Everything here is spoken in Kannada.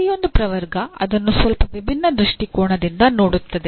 ಪ್ರತಿಯೊಂದು ಪ್ರವರ್ಗ ಅದನ್ನು ಸ್ವಲ್ಪ ವಿಭಿನ್ನ ದೃಷ್ಟಿಕೋನದಿಂದ ನೋಡುತ್ತದೆ